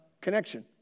connection